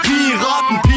Piraten